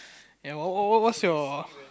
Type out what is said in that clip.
ya what what what's your